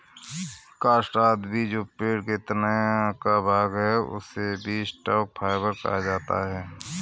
काष्ठ आदि भी जो पेड़ के तना का भाग है, उसे भी स्टॉक फाइवर कहा जाता है